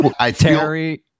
Terry